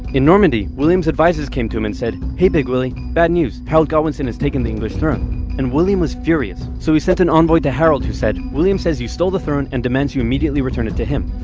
in normandy, william's advisors came to him and said, hey big willy. bad news harold godwinson has taken the english throne and william was furious. so he sent an envoy to harold who said, william says you stole the throne and demands you immediately return it to him